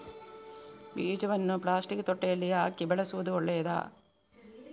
ಬೀಜವನ್ನು ಪ್ಲಾಸ್ಟಿಕ್ ತೊಟ್ಟೆಯಲ್ಲಿ ಹಾಕಿ ಬೆಳೆಸುವುದು ಒಳ್ಳೆಯದಾ?